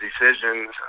decisions